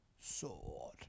sword